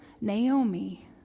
Naomi